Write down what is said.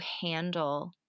handle